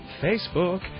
Facebook